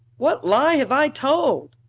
what lie have i told?